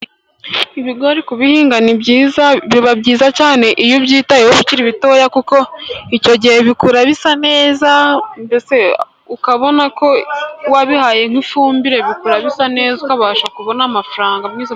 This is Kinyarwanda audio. Ibigori ku bihinga ni byiza. Biba byiza cyane iyo ubyitayeho, bikiri bitoya, kuko icyo gihe bikura bisa neza mbese ukabona ko wabihaye nk'ifumbire bikura bisa neza, ukabasha kubona amafaranga.